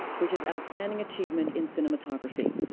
which is outstanding achievement in cinematography.